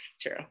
true